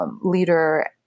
leader